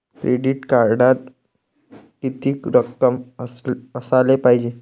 Credit कार्डात कितीक रक्कम असाले पायजे?